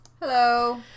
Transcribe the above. Hello